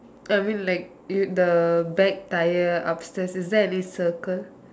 I mean like eh the back tyre upstairs is there any circle